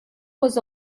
was